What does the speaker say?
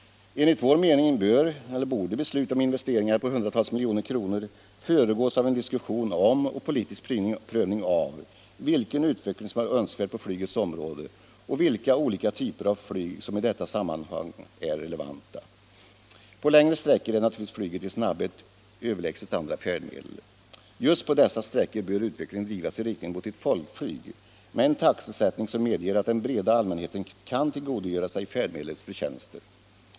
Enligt vår mening borde beslut om investeringar på hundratals miljoner kronor föregås av en diskussion om och politisk prövning av vilken utveckling som är önskvärd på flygets område och vilka olika typer av flyg som i detta sammanhang är relevanta. På längre sträckor är na turligtvis flyget i snabbhet överlägset andra färdmedel. Just på dessa sträckor bör utvecklingen drivas i riktning mot ett ”folkflyg” med en taxesättning som medger att den breda allmänheten kan tillgodogöra sig färdmedlets förtjänster.